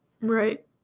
Right